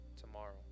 Tomorrow